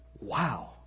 wow